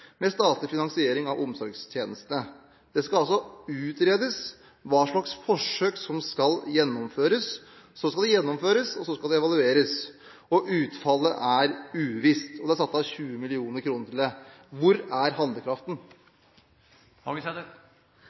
med statlig finansiering av omsorgstjeneste. Det skal altså utredes hva slags forsøk som skal gjennomføres, så skal det gjennomføres, og så skal det evalueres. Utfallet er uvisst, og det er satt av 20 mill. kr til det. Hvor er handlekraften?